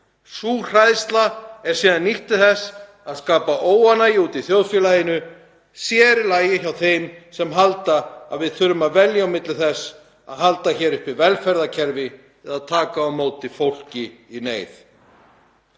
Sú hræðsla er síðan nýtt til þess að skapa óánægju úti í þjóðfélaginu, sér í lagi hjá þeim sem halda að við þurfum að velja á milli þess að halda uppi velferðarkerfi eða taka á móti fólki í neyð.